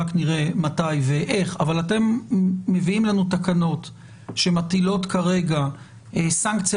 רק נראה מתי ואיך אבל אתם מביאים לנו תקנות שמטילות כרגע סנקציה